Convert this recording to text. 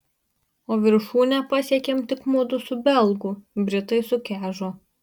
o viršūnę pasiekėm tik mudu su belgu britai sukežo